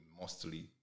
mostly